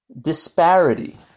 disparity